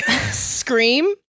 scream